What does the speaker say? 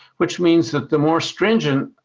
which means that the more stringent